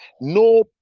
no